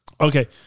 Okay